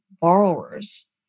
borrowers